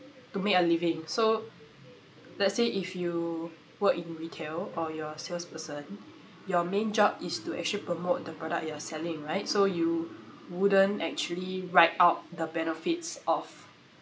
to make a living so let's say if you work in retail or you are salesperson your main job is to actually promote the product you're selling right so you wouldn't actually write out the benefits of